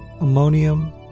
ammonium